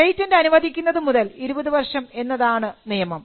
patent അനുവദിക്കുന്നതു മുതൽ 20 വർഷം എന്നതാണ് നിയമം